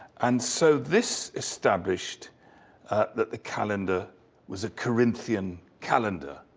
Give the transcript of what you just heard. and so this established that the calendar was a corinthian calendar.